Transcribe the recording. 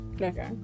Okay